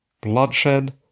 Bloodshed